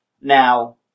Now